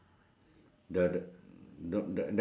in the car